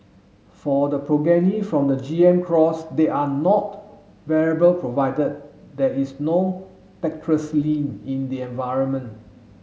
for the progeny from the G M cross they are not variable provided there is no tetracycline in the environment